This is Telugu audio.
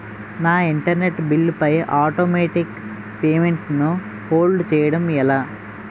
నా ఇంటర్నెట్ బిల్లు పై ఆటోమేటిక్ పేమెంట్ ను హోల్డ్ చేయటం ఎలా?